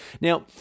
Now